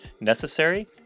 necessary